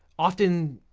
often,